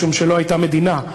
משום שלא הייתה מדינה,